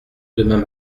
demain